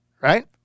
Right